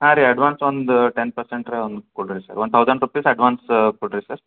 ಹಾಂ ರೀ ಅಡ್ವಾನ್ಸ್ ಒಂದು ಟೆನ್ ಪರ್ಸೆಂಟ್ರೆ ಒಂದು ಕೊಡಿರಿ sir one thousand rupees advance ಕೊಡಿರಿ ಸರ್